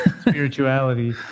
spirituality